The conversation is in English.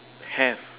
have